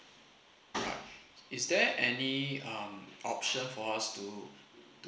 is there any um option for us to